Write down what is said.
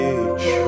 age